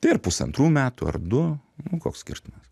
per pusantrų metų ar du nu koks skirtumas